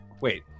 wait